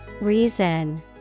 Reason